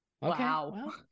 Wow